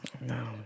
No